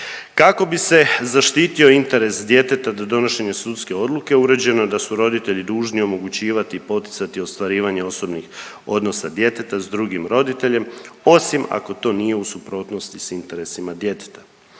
Kako bi se zaštitio interes djeteta do donošenja sudske odluke uređeno je da su roditelji dužni omogućivati i poticati ostvarivanje osobnih odnosa djeteta s drugim roditeljem osim ako to nije u suprotnosti s interesima djeteta.